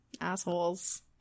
assholes